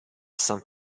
san